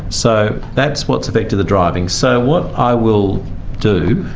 so that's what's affected the driving. so what i will do,